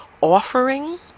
offering